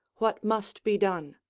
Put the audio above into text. what must be done?